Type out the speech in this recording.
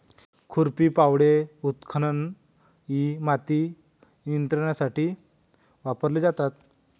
खुरपी, फावडे, उत्खनन इ माती नियंत्रणासाठी वापरले जातात